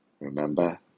Remember